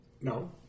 No